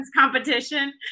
competition